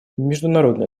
международные